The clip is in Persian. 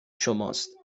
شماست